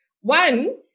One